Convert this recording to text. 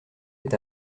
est